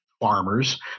Farmers